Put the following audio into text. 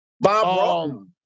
Bob